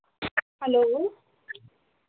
hello